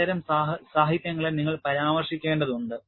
അത്തരം സാഹിത്യങ്ങളെ നിങ്ങൾ പരാമർശിക്കേണ്ടതുണ്ട്